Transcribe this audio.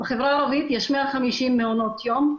בחברה הערבית יש 150 מעונות יום,